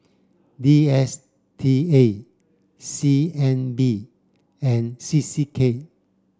D S T A C N B and C C K